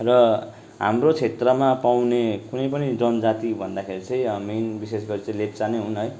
र हाम्रो क्षेत्रमा पाउने कुनै पनि जनजाति भन्दाखेरि चाहिँ मेन विशेष गरी चाहिँ लेप्चा नै हुन् है